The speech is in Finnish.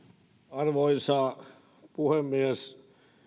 arvoisa puhemies